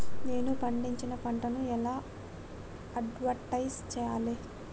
నేను పండించిన పంటను ఎలా అడ్వటైస్ చెయ్యాలే?